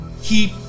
keep